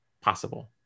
possible